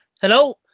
Hello